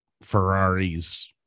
Ferrari's